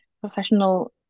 professional